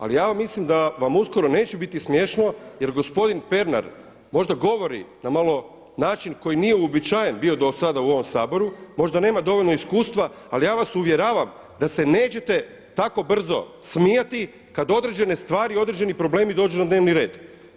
Ali ja mislim da vam uskoro neće biti smiješno jer gospodin Pernar možda govori na način koji nije uobičajen bio do sada u ovom Saboru, možda nema dovoljno iskustva, ali ja vas uvjeravam da se nećete tako brzo smijati kada određene stvari i određeni problemi dođu na dnevni red.